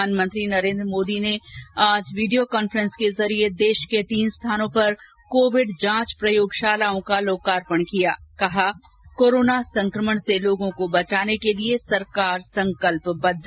प्रधानमंत्री नरेन्द्र मोदी ने आज वीडियो कांफ्रेंस के जरिये देश के तीन स्थानों पर कोविड जांच प्रयोगशालाओं का लोकार्पण किया कहा कोरोना संक्रमण से लोगों को बचाने के लिए सरकार संकल्पबद्ध